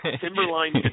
Timberline